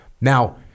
Now